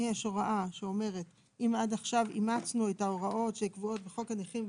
יש הוראה שאומרת שאם עד עכשיו אימצנו את ההוראות שקבועות בחוק הנכים,